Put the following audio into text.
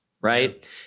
right